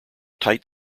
tight